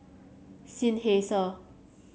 Seinheiser